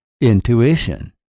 intuition